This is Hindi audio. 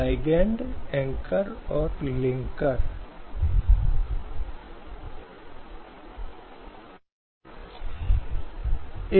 अनुच्छेद 16 रोजगार से संबंधित सभी के लिए अवसर की समानता की बात करता है